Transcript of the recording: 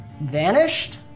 vanished